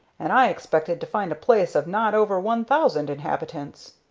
and i expected to find a place of not over one thousand inhabitants.